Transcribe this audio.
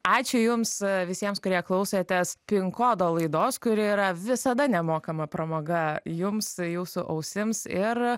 ačiū jums visiems kurie klausotės pinkodo laidos kuri yra visada nemokama pramoga jums jūsų ausims ir